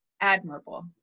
admirable